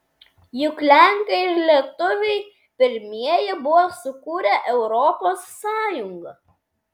juk lenkai ir lietuviai pirmieji buvo sukūrę europos sąjungą